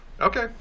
Okay